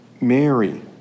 Mary